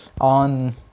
on